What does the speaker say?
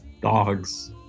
Dogs